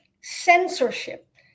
censorship